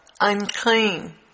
unclean